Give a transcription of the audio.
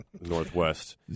Northwest